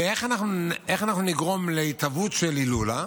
איך אנחנו נגרום להתהוות של הילולה?